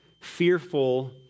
fearful